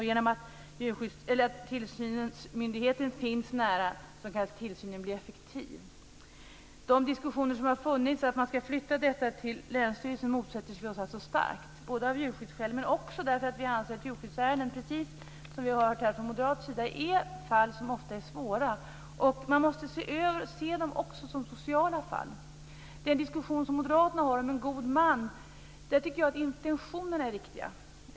Genom att tillsynsmyndigheten finns nära kan tillsynen bli effektiv. De diskussioner som har funnits om att man ska flytta detta till länsstyrelsen motsätter vi oss alltså starkt, både av djurskyddsskäl och därför att vi anser att djurskyddsärenden, precis som vi har hört från moderat sida, ofta är svåra. Man måste se dem också som sociala fall. Jag tycker att intentionerna i den diskussion som moderaterna för om en god man är riktiga.